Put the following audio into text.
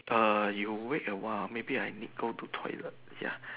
err you wait a while maybe I need go to toilet ya